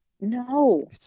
No